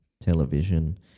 television